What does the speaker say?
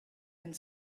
and